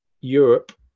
Europe